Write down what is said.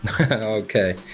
Okay